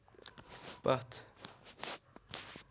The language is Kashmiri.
پَتھ